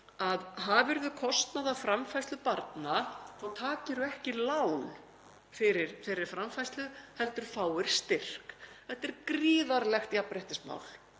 að hafirðu kostnað af framfærslu barna þá takirðu ekki lán fyrir þeirri framfærslu heldur fáir styrk. Þetta er gríðarlegt jafnréttismál,